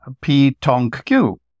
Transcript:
P-tonk-Q